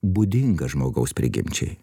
būdingas žmogaus prigimčiai